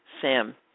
Sam